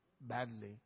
badly